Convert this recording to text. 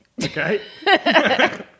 Okay